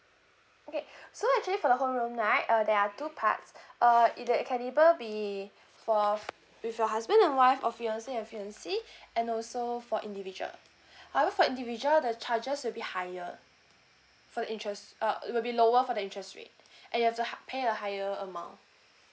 okay so actually for the home loan right uh there are two parts uh it can either be for with your husband and wife or fiancé or fiancée and also for individual however for individual the charges will be higher for interests uh it will be lower for the interest rate and you have to hi~ pay a higher amount